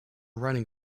writing